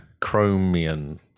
Chromium